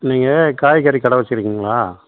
நீங்கள் காய்கறி கடை வச்சிருக்கீங்களா